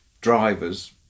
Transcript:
drivers